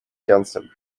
cancelled